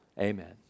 amen